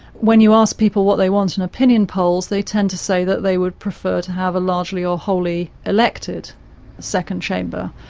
when you ask people what they want in opinion polls, they tend to say that they would prefer to have a largely or wholly elected second chamber.